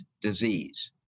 disease